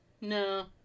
No